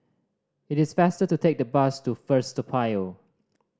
it is faster to take the bus to First Toa Payoh